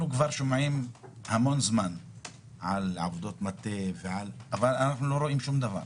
אנחנו שומעים כבר המון זמן על עבודות מטה אבל אנחנו לא רואים שום דבר.